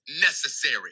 necessary